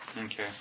Okay